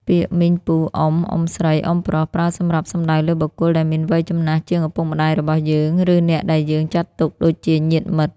ពាក្យ មីង ពូ អ៊ុំ អ៊ុំស្រី អ៊ុំប្រុស ប្រើសម្រាប់សំដៅលើបុគ្គលដែលមានវ័យចំណាស់ជាងឪពុកម្ដាយរបស់យើង ឬអ្នកដែលយើងចាត់ទុកដូចជាញាតិមិត្ត។